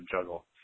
juggle